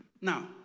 Now